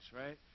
right